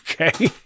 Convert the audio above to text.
Okay